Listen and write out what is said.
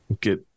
get